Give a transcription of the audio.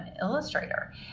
illustrator